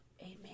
Amen